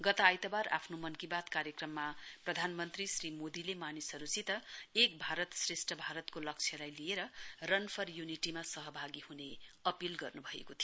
गत आइतबार आफ्नो मन की बात कार्यक्रममा प्रधानमन्त्री श्री मोदीले मानिसहरुसित एक भारत श्रेष्ठ भारतको लक्ष्यलाई लिएर रन फर यूनिटी मा सहभागी हुने अपील गर्नुभएको थियो